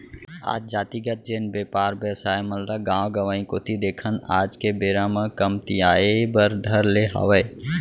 आज जातिगत जेन बेपार बेवसाय मन ल गाँव गंवाई कोती देखन आज के बेरा म कमतियाये बर धर ले हावय